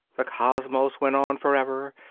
the cosmos went on for ever,